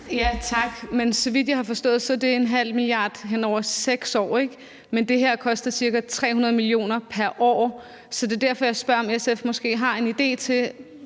(M): Tak, men så vidt jeg har forstået, er det 0,5 mia. kr. hen over 6 år, ikke? Men det her koster ca. 300 mio. kr. pr. år. Så det er derfor, jeg spørger, om SF måske har en idé til